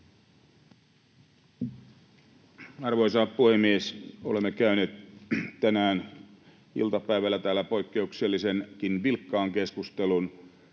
Arvoisa puhemies! Olemme käyneet tänään iltapäivällä täällä poikkeuksellisenkin vilkkaan keskustelun